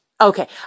Okay